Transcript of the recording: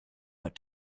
but